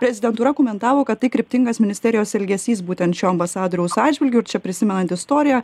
prezidentūra komentavo kad tai kryptingas ministerijos elgesys būtent šio ambasadoriaus atžvilgiu čia prisimenant istoriją